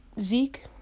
Zeke